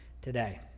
today